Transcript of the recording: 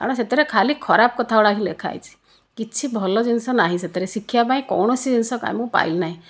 କାରଣ ସେଥିରେ ଖାଲି ଖରାପ କଥା ଗୁଡ଼ା ହିଁ ଲେଖା ହୋଇଛି କିଛି ଭଲ ଜିନିଷ ନାହିଁ ସେଥିରେ ଶିକ୍ଷା ପାଇଁ କୌଣସି ଜିନିଷ କାଇଁ ମୁଁ ପାଇଲି ନାଇଁ